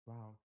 Wow